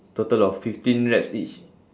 total of fifteen reps each